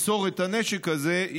למסור את הנשק הזה,